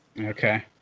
Okay